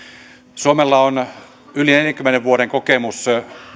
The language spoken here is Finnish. suomella on yli neljänkymmenen vuoden kokemus